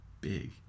big